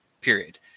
Period